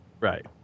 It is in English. Right